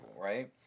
right